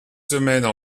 semaines